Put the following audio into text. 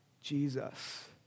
Jesus